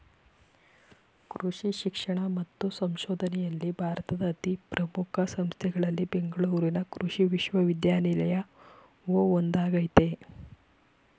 ಕೃಷಿ ಶಿಕ್ಷಣ ಮತ್ತು ಸಂಶೋಧನೆಯಲ್ಲಿ ಭಾರತದ ಅತೀ ಪ್ರಮುಖ ಸಂಸ್ಥೆಗಳಲ್ಲಿ ಬೆಂಗಳೂರಿನ ಕೃಷಿ ವಿಶ್ವವಿದ್ಯಾನಿಲಯವು ಒಂದಾಗಯ್ತೆ